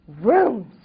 rooms